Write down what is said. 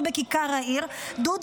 בכיכר העיר מתפעלים מההסתה נגד ראש הממשלה.